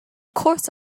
course